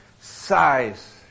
size